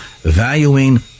valuing